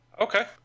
Okay